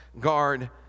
guard